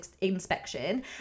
inspection